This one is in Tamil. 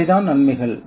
இவைதான் நன்மைகள்